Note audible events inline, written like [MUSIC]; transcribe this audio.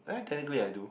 [NOISE] technically I do